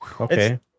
okay